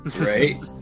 right